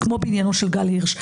כמו בעניינו של גל הירש.